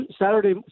Saturday